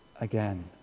again